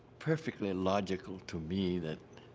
perfectly logical to me that